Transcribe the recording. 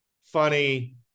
funny